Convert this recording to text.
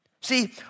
See